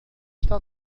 está